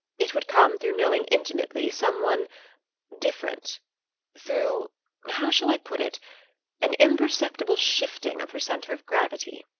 it would come through knowing intimately some one different through how shall i put it an imperceptible shifting of her centre of gravity.